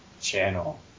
Channel